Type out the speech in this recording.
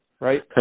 right